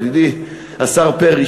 ידידי השר פרי,